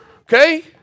okay